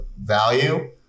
value